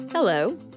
Hello